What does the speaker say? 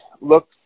look